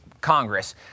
Congress